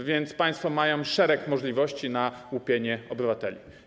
A więc państwo mają szereg możliwości na łupienie obywateli.